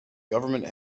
government